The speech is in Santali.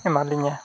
ᱮᱢᱟ ᱞᱤᱧᱟ